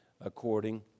according